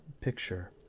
picture